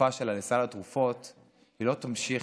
התרופה שלה לסל התרופות היא לא תמשיך